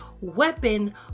weapon